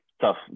tough